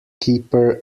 keeper